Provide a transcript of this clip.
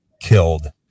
killed